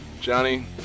Johnny